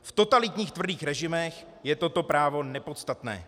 V totalitních tvrdých režimech je toto právo nepodstatné.